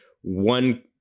one